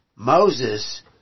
Moses